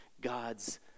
God's